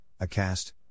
Acast